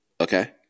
okay